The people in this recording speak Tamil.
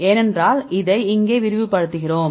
ஏனென்றால் இங்கே இதை விரிவுபடுத்துகிறோம்